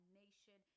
nation